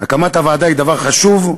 הקמת הוועדה היא דבר חשוב,